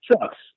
sucks